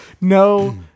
No